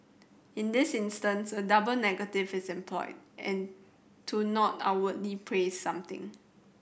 in this instance a double negative is employed and to not outwardly praise something